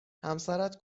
همسرت